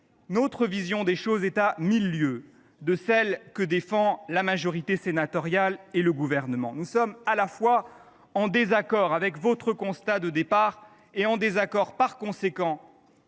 notre vision est à mille lieues de celle que défendent la majorité sénatoriale et le Gouvernement. Nous sommes à la fois en désaccord avec votre constat de départ et, par conséquent,